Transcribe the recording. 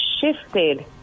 shifted